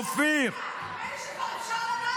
אופיר ------ תורידו מסדר-היום.